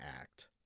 Act